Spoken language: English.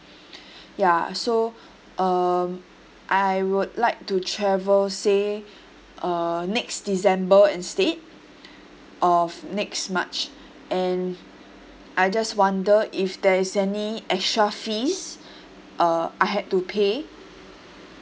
ya so um I would like to travel say uh next december instead of next march and I just wonder if there is any extra fees uh I had to pay